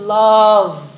love